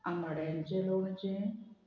आंबाड्यांचें लोणचें